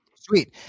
Sweet